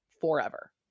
forever